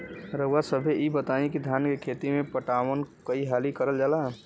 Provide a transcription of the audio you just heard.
रउवा सभे इ बताईं की धान के खेती में पटवान कई हाली करल जाई?